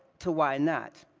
to why not.